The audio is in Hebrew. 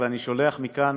ואני שולח מכאן